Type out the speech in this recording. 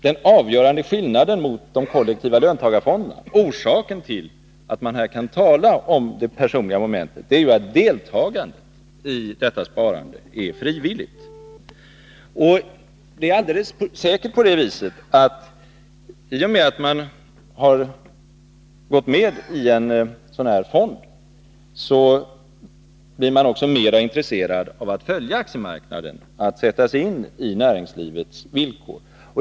Den avgörande skillnaden i förhållande till de kollektiva löntagarfonderna, orsaken till att man här kan tala om det personliga momentet, är ju att deltagandet i detta sparande är frivilligt. Det är alldeles säkert på det viset att man, i och med att man har gått med i en sådan här fond, också blir mer intresserad av att följa aktiemarknaden och att sätta sig in i näringslivets villkor.